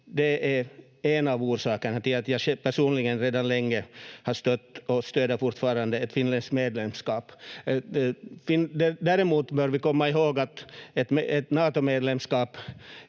Det är en av orsakerna till att jag personligen redan länge har stött och fortfarande stöder ett finländskt medlemskap. Däremot bör vi komma ihåg att ett Natomedlemskap